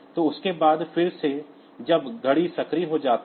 तो उसके बाद फिर से जब घड़ी सक्रिय हो जाती है